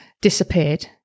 disappeared